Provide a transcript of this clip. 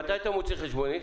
מתי אתה מוציא חשבונית?